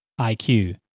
IQ